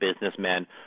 businessmen